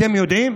אתם יודעים?